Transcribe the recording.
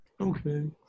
Okay